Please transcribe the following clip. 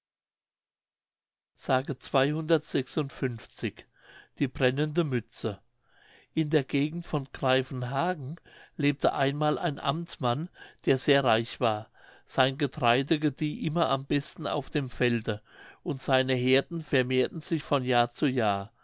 die brennende mütze in der gegend von greifenhagen lebte einmal ein amtmann der sehr reich war sein getreide gedieh immer am besten auf dem felde und seine heerden vermehrten sich von jahr zu jahr